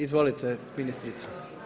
Izvolite ministrice.